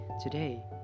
Today